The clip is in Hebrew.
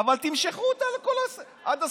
אבל תמשכו אותה עד הסוף: